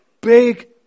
big